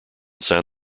san